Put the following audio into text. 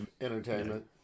Entertainment